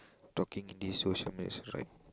talking in this social message right